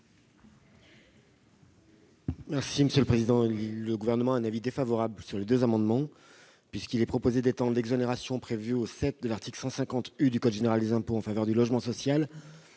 l'avis du Gouvernement ? Le Gouvernement émet un avis défavorable sur les deux amendements. Il est proposé d'étendre l'exonération prévue au 7° du II de l'article 150 U du code général des impôts en faveur du logement social